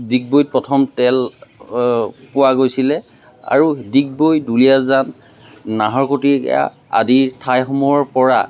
ডিগবৈত প্ৰথম তেল পোৱা গৈছিলে আৰু ডিগবৈ দুলীয়াজান নাহৰকটীয়া আদিৰ ঠাইসমূহৰ পৰা